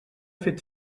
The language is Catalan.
fet